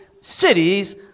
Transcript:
cities